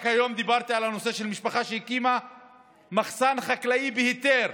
רק היום דיברתי על נושא של משפחה שהקימה מחסן חקלאי בהיתר,